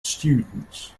students